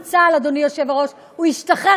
המדינה, חברת הכנסת ענת ברקו, יש לי בקשה.